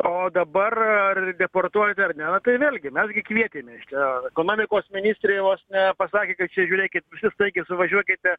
o dabar ar deportuoti ar ne na tai vėlgi mes gi kvietėme šitą ekonomikos ministrė vos nepasakė kad čia žiūrėkit visi staigiai suvažiuokite